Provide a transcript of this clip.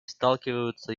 сталкиваются